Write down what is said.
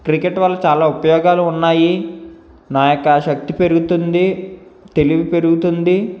cricket వల్ల చాలా ఉపయోగాలు ఉన్నాయి నా యొక్క శక్తి పెరుగుతుంది తెలివి పెరుగుతుంది